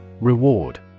Reward